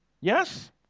Yes